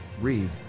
Read